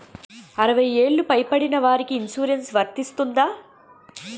అరవై ఏళ్లు పై పడిన వారికి ఇన్సురెన్స్ వర్తిస్తుందా?